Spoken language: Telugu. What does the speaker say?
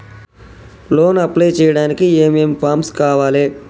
లోన్ అప్లై చేయడానికి ఏం ఏం ఫామ్స్ కావాలే?